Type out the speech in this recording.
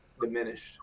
diminished